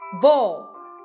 Ball